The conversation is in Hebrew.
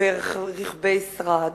ורכבי שרד,